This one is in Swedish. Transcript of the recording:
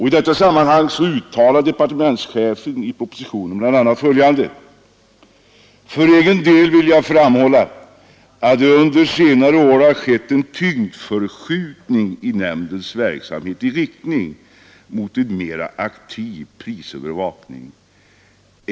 I detta sammanhang har departementschefen i propositionen bl.a. uttalat följande: ”För egen del vill jag framhålla att det under senare år har skett en tyngdpunktsförskjutning i nämndens verksamhet i riktning mot en mera aktiv prisövervakning.